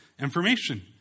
information